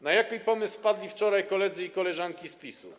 Na jaki pomysł wpadli wczoraj koledzy i koleżanki z PiS?